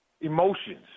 emotions